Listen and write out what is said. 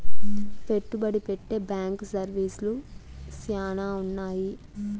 పెట్టుబడి పెట్టే బ్యాంకు సర్వీసులు శ్యానా ఉన్నాయి